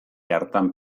hartan